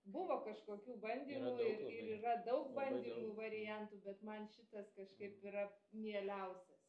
buvo kažkokių bandymų ir yra daug bandymų variantų bet man šitas kažkaip yra mieliausias